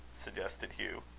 suggested hugh.